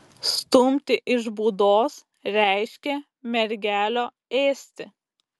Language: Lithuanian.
stumti iš būdos reiškė mergelio ėsti